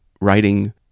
writing